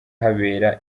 habera